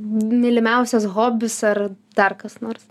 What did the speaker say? mylimiausias hobis ar dar kas nors